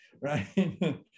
right